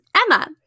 Emma